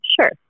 Sure